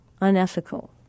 unethical